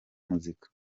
muzika